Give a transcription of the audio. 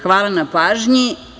Hvala na pažnji.